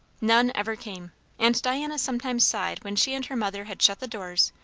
none ever came and diana sometimes sighed when she and her mother had shut the doors,